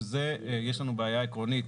שעם זה יש לנו בעיה עקרונית,